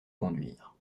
conduire